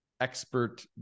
expert